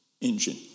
engine